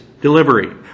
delivery